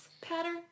pattern